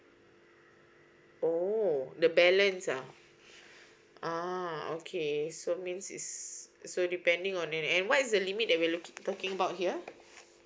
oh the balance ah uh okay so means is so depending on and what is the limit that we'll looki~ talking about here